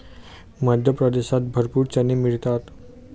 मध्य प्रदेशात भरपूर चणे मिळतात